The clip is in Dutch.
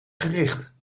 gericht